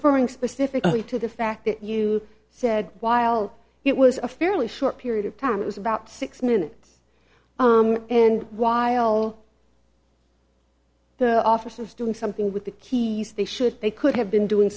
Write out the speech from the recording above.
referring specifically to the fact that you said while it was a fairly short period of time it was about six minutes and while officers doing something with the keys they should they could have been doing